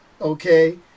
Okay